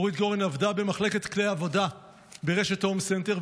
אורית גורן עבדה במחלקת כלי עבודה ברשת הום סנטר,